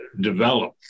develop